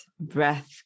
breath